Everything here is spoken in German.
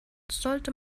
sollte